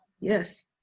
yes